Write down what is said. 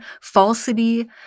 falsity